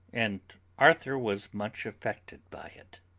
and arthur was much affected by it.